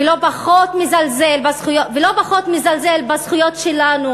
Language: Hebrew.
ולא פחות מזלזל בזכויות שלנו